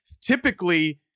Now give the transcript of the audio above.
Typically